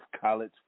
college